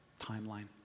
timeline